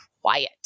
quiet